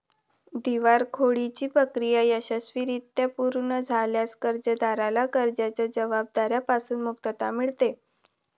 दिवाळखोरीची प्रक्रिया यशस्वीरित्या पूर्ण झाल्यास कर्जदाराला कर्जाच्या जबाबदार्या पासून मुक्तता मिळते